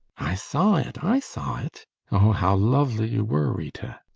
i saw it, i saw it. oh, how lovely you were, rita!